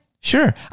sure